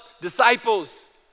disciples